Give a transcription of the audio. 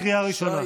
קריאה ראשונה.